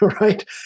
right